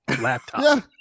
laptop